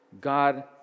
God